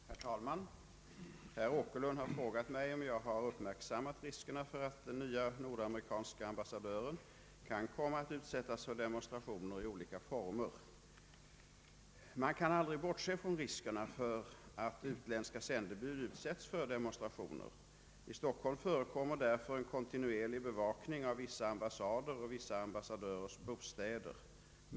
Herr talman! Herr Åkerlund har frågat mig om jag har uppmärksammat riskerna för att den nye nordamerikanske ambassadören kan komma att utsättas för demonstrationer i olika former. Man kan aldrig bortse från riskerna för att utländska sändebud utsätts för demonstrationer. I Stockholm förekommer därför en kontinuerlig bevakning av vissa ambassader och vissa ambassadörers bostäder.